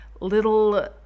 little